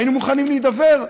היינו מוכנים להידבר.